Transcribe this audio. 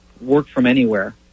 work-from-anywhere